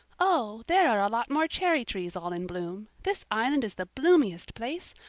oh, there are a lot more cherry-trees all in bloom! this island is the bloomiest place.